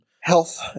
health